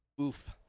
Oof